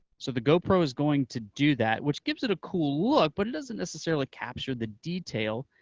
so the gopro is going to do that, which gives it a cool look, but it doesn't necessarily capture the detail